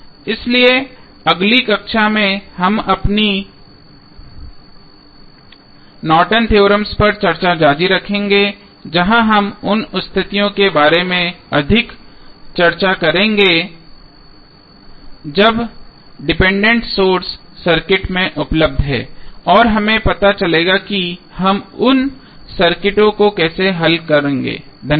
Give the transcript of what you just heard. इसलिए हम अगली कक्षा में अपनी नॉर्टन थ्योरम Nortons Theorem पर चर्चा जारी रखेंगे जहां हम उन स्थितियों के बारे में अधिक चर्चा करेंगे जब डिपेंडेंट सोर्स सर्किट में उपलब्ध हैं और हमें पता चलेगा कि हम उन सर्किटों को कैसे हल करेंगे धन्यवाद